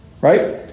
right